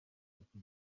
iki